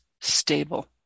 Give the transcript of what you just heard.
stable